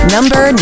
Number